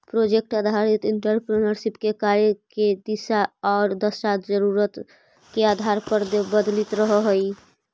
project आधारित entrepreneurship के कार्य के दिशा औउर दशा जरूरत के आधार पर बदलित रहऽ हई